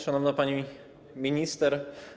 Szanowna Pani Minister!